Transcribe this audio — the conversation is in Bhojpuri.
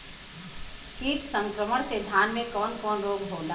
कीट संक्रमण से धान में कवन कवन रोग होला?